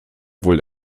wohl